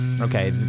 Okay